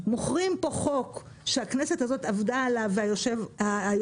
מוכרים פה חוק שהכנסת הזאת עבדה עליו והיועץ